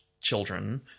children